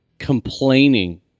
complaining